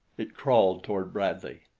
it crawled toward bradley.